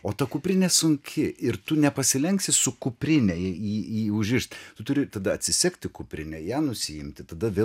o ta kuprinė sunki ir tu neprasilenksi su kuprine jį jį užrišt tu turi tada atsisegti kuprinę ją nusiimti tada vėl